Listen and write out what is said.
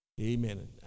amen